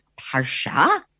parsha